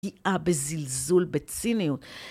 פגיעה בזלזול בציניות.